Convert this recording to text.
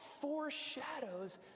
foreshadows